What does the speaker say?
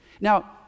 Now